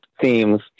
themes